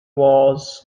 was